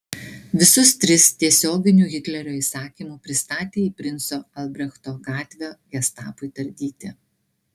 visus tris tiesioginiu hitlerio įsakymu pristatė į princo albrechto gatvę gestapui tardyti